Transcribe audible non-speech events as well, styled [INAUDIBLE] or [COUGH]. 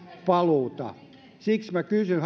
paluuta siksi kysyn [UNINTELLIGIBLE]